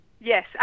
Yes